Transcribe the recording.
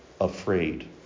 afraid